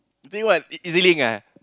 you think what E_Z-link ah